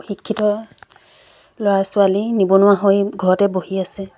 শিক্ষিত ল'ৰা ছোৱালী নিবনুৱা হৈ ঘৰতে বহি আছে